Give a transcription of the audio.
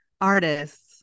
artists